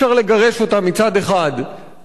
ואסור לתת להם לעבוד, מצד שני,